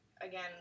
again